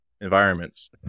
environments